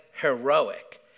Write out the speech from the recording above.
heroic